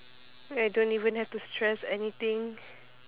I don't even have to stress anything